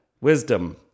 Wisdom